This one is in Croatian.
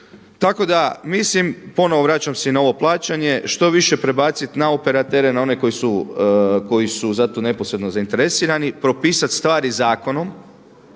Tako da mislim, ponovo vraćam se i na ovo plaćanje što više prebaciti na operatere na oni koji su za to neposredno zainteresirani, propisati stvari zakonom,